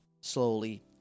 slowly